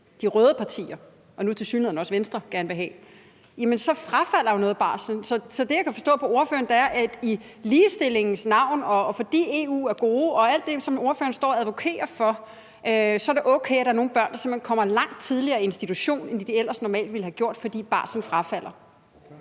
og det, som Venstre nu tilsyneladende også gerne vil have, så bortfalder der jo noget af barslen. Så det, jeg kan forstå på ordføreren, er, at det i ligestillingens navn, og fordi EU er gode og alt det, som ordføreren står og advokerer for, er okay, at der er nogle børn, der simpelt hen kommer langt tidligere i institution, end de ellers normalt ville have gjort, fordi barslen bortfalder.